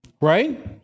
Right